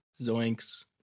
zoinks